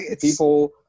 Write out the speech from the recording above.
people